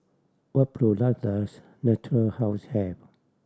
what product does Natura House have